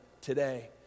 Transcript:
today